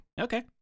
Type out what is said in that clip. Okay